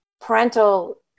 parental